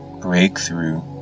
breakthrough